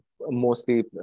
mostly